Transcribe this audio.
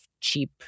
cheap